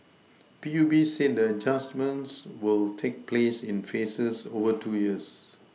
P U B said the adjustments will take place in phases over two years